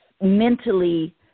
mentally